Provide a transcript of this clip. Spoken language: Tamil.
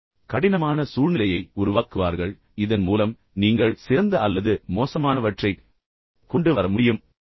அவர்கள் மிகவும் கடினமான சூழ்நிலையை உருவாக்குவார்கள் இதன் மூலம் நீங்கள் சிறந்த அல்லது மோசமானவற்றைக் கொண்டு வர முடியும்